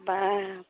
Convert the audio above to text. हाबाब